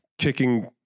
Kicking